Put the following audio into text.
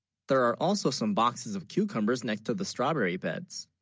there are, also, some boxes of cucumbers next to the strawberry beds